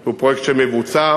הוא פרויקט שמבוצע.